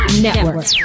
Network